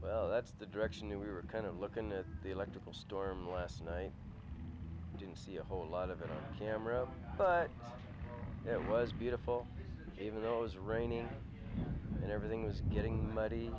well that's the direction you were kind of looking at the electrical storm last night didn't see a whole lot of a camera but it was beautiful even though it was raining and everything was getting muddy